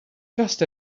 just